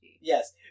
Yes